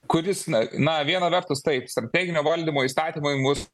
kuris na na viena vertus taip strateginio valdymo įstatymai mus